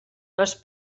les